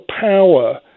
power